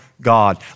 God